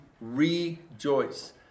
rejoice